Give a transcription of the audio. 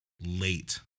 late